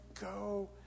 go